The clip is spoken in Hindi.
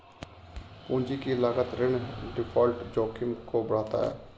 पूंजी की लागत ऋण डिफ़ॉल्ट जोखिम को बढ़ाता है